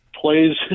plays